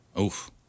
Oof